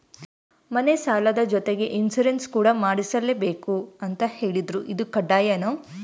ಮನೆ ಸಾಲದ ಜೊತೆಗೆ ಇನ್ಸುರೆನ್ಸ್ ಕೂಡ ಮಾಡ್ಸಲೇಬೇಕು ಅಂತ ಹೇಳಿದ್ರು ಇದು ಕಡ್ಡಾಯನಾ?